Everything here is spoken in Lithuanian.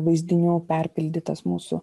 vaizdinių perpildytas mūsų